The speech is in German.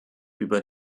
über